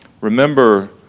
remember